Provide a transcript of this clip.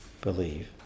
believe